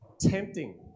tempting